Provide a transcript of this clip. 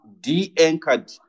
de-anchored